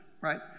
right